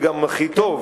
גם הכי טוב.